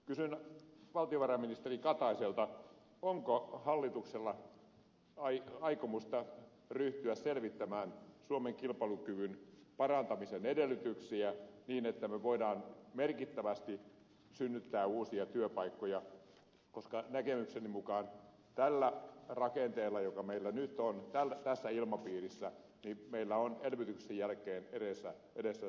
kysyn valtiovarainministeri kataiselta onko hallituksella aikomusta ryhtyä selvittämään suomen kilpailukyvyn parantamisen edellytyksiä niin että me voimme merkittävästi synnyttää uusia työpaikkoja koska näkemykseni mukaan tällä rakenteella joka meillä nyt on tässä ilmapiirissä meillä on elvytyksen jälkeen edessä suuri työttömyys